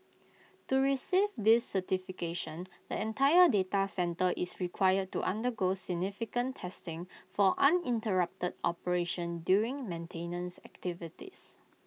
to receive this certification the entire data centre is required to undergo significant testing for uninterrupted operation during maintenance activities